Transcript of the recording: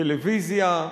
טלוויזיה,